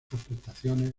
prestaciones